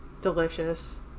delicious